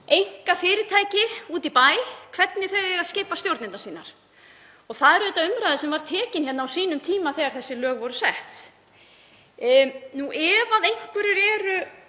einkafyrirtæki úti í bæ um hvernig þau eigi að skipa stjórnir sínar? Það er auðvitað umræða sem var tekin á sínum tíma þegar þessi lög voru sett. Ef einhverjir eru